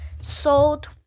sold